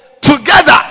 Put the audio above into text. together